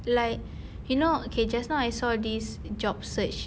like you know okay just now I saw this job search